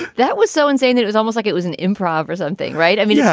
that was so insane? it was almost like it was an improv or something. right. i mean, yeah